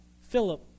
Philip